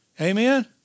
Amen